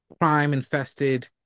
crime-infested